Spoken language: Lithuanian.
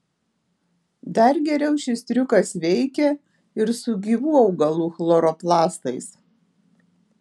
dar geriau šis triukas veikia ir su gyvų augalų chloroplastais